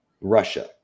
Russia